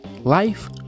life